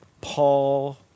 Paul